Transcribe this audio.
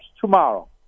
tomorrow